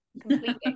completely